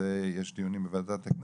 היה צריך להיאבק באוצר והיה